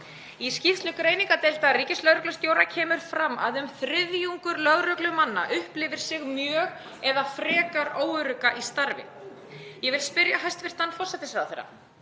Í skýrslu greiningardeildar ríkislögreglustjóra kemur fram að um þriðjungur lögreglumanna upplifir sig mjög eða frekar óörugga í starfi. Ég vil spyrja hæstv. forsætisráðherra: